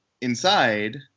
inside